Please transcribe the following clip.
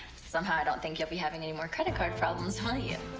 somehow i don't think you'll be having any more credit card problems, will you?